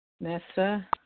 Nessa